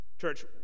Church